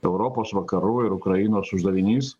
europos vakarų ir ukrainos uždavinys